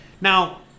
Now